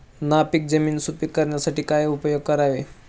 नापीक जमीन सुपीक करण्यासाठी काय उपयोग करावे?